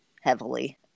heavily